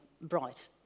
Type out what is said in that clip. bright